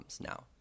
now